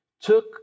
Took